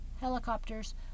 Helicopters